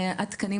התקנים,